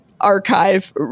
archive